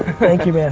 thank you,